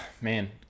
man